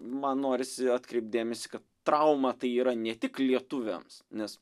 man norisi atkreipt dėmesį kad trauma tai yra ne tik lietuviams nes